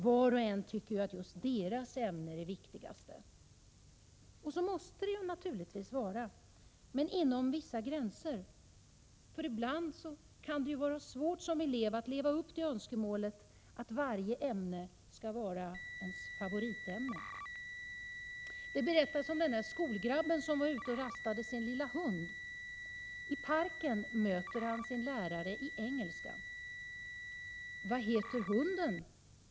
”Var och en tycker att just deras ämne är det viktigaste.” Så måste det naturligtvis vara, men inom vissa gränser. Ibland kan det vara svårt som elev att leva upp till önskemålet att varje ämne skall vara favoritämnet. Det berättas om skolgrabben som var ute och rastade sin lilla hund. I parken möter han sin lärare i engelska. — Vad heter hunden?